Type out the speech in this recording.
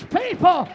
people